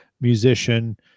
musician